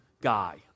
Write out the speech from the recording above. guy